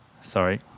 Sorry